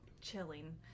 chilling